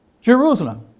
Jerusalem